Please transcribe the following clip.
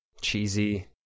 Cheesy